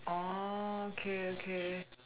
oh okay okay